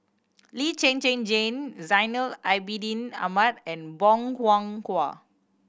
Lee Zhen Zhen Jane Zainal Abidin Ahmad and Bong Hiong Hwa